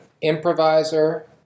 improviser